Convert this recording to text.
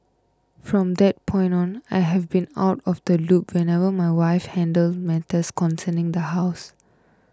from that point on I have been out of the loop whenever my wife handles matters concerning the house